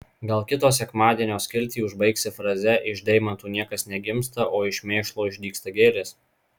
gal kito sekmadienio skiltį užbaigsi fraze iš deimantų niekas negimsta o iš mėšlo išdygsta gėlės